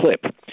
clip